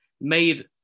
made